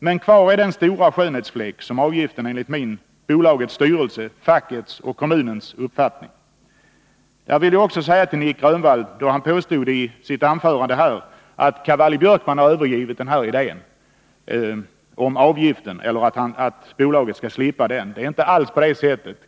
Men kvar är den stora skönhetsfläck som avgiften är enligt min, bolagets styrelses, fackets och kommunens uppfattning. Jag vill säga ytterligare några ord till Nic Grönvall, som i sitt anförande påstod att Cavalli-Björkman har övergett tanken att bolaget skall slippa avgiften. Det är inte alls på det sättet.